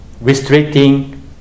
restricting